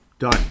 Done